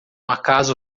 acaso